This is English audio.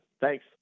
Thanks